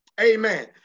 Amen